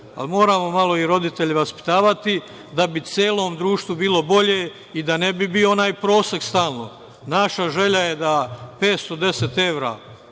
moramo malo i roditelje vaspitavati da bi celom društvu bilo bolje i da ne bi bio onaj prosek stalno. Naša želja je da 510 evra